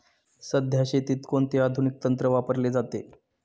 सध्या शेतीत कोणते आधुनिक तंत्र वापरले जाते?